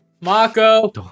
Marco